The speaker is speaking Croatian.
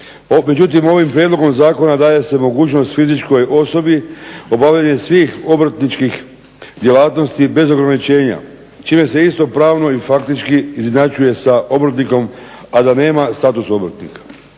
Međutim ovim prijedlogom zakona daje se mogućnost fizičkoj osobni obavljanje svih obrtničkih djelatnosti bez ograničenja čime se isto pravno i faktički izjednačuje sa obrtnikom a da nema status obrtnika.